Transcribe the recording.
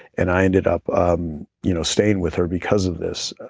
and i ended up um you know staying with her because of this.